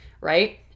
right